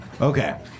Okay